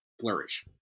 flourish